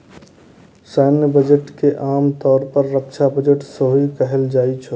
सैन्य बजट के आम तौर पर रक्षा बजट सेहो कहल जाइ छै